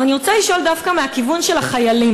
אבל אני רוצה לשאול דווקא מהכיוון של החיילים.